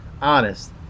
Honest